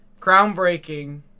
groundbreaking